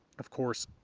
of course,